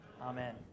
Amen